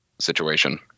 situation